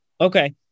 okay